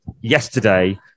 yesterday